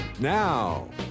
Now